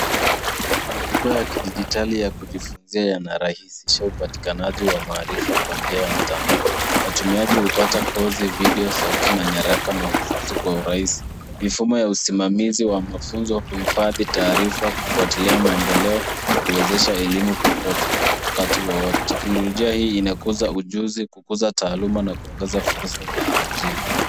Majukwaa ya kidijitali ya kujifunzia yanarahisisha upatikanaji wa maarifa kwa njia ya mtandao. Watumizi hupata koozi, video , sauti, na nyaraka mahususi kwa urahisi. Mifumo ya usimamizi wa mafunzo huhifadhi taarifa kufuatilia maendeleo, na kuwezesha elimu popote, wakati wowote. Teknolojia hii imekuza ujuzi, kukuza taaluma, na kuongeza fursa za ajili